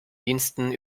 diensten